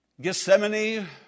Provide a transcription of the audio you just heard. Gethsemane